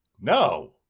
No